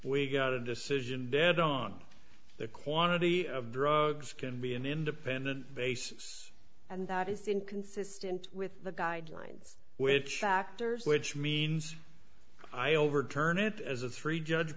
we got a decision dead on the quantity of drugs can be an independent basis and that is inconsistent with the guidelines which factors which means i overturn it as a three judge